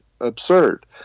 absurd